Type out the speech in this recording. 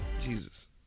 Jesus